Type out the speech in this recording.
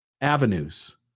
avenues